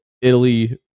italy